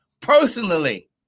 personally